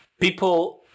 people